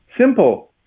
Simple